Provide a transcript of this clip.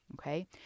Okay